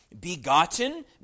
begotten